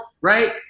right